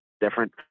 different